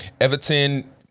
Everton